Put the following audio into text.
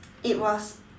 it was